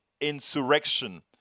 insurrection